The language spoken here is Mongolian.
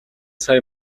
сая